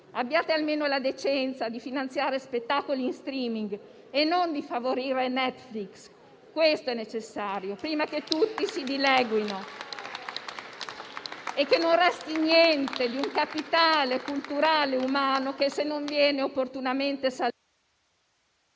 Abbiate almeno la decenza di finanziare spettacoli in *streaming* e non di favorire Netflix. Questo è necessario, prima che tutti si dileguino e che non resti niente di un capitale culturale e umano che, se non viene opportunamente...